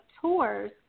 tours